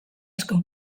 asko